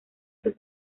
sus